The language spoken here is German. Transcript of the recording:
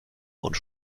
und